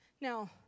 Now